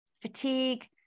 fatigue